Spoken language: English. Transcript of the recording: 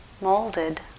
molded